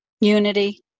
Unity